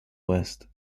west